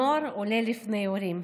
נוער עולה לפני הורים.